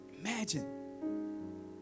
Imagine